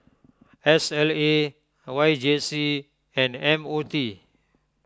S L A Y J C and M O T